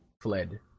Fled